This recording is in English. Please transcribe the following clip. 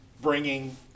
bringing